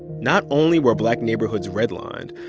not only were black neighborhoods redlined,